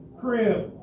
crib